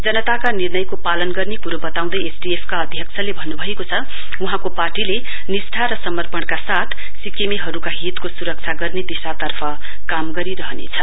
जनताका निणर्यको पालन गर्ने क्रो वताउँदै एसडिएफ का अध्यक्षले भन्न्भएको छ वहाँको पार्टीले निस्ठा र समपर्णका साथ सिक्किमेहरुका हितको स्रक्षा गर्ने दिशार्तफ काम गरिरहनेछ